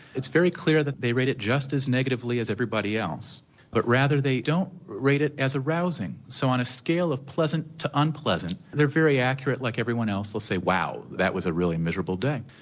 it's very clear that they rate it just as negatively as everybody else but rather they don't rate it as arousing. so on a scale of pleasant to unpleasant they are very accurate like everyone else, they'll say wow that was a really miserable day.